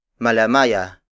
Malamaya